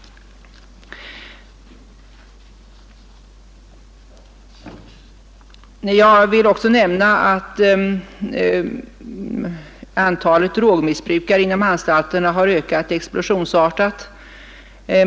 Jag vill också nämna att antalet drogmissbrukare inom anstalterna har ökat explosionsartat.